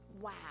wow